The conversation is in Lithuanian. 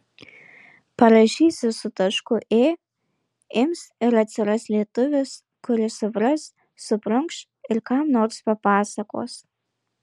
parašysi su tašku ė ims ir atsiras lietuvis kuris supras suprunkš ir kam nors papasakos